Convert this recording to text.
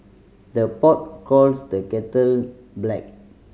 the pot calls the kettle black